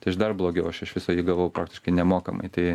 tai aš dar blogiau aš iš viso jį gavau praktiškai nemokamai tai